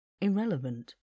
irrelevant